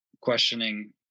questioning